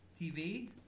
TV